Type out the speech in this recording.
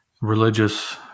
religious